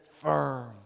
firm